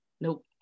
Nope